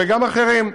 וגם אחרים.